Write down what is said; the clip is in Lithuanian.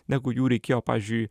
negu jų reikėjo pavyzdžiui